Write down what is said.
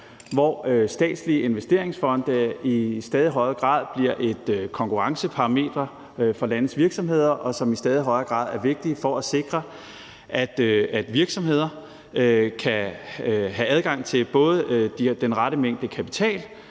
hvor statslige investeringsfonde i stadig højere grad bliver et konkurrenceparameter for landes virksomheder og i stadig højere grad er vigtige for at sikre, at virksomheder kan have adgang til både den rette mængde kapital